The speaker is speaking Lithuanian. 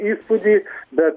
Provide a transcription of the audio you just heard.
įspūdį bet